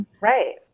Right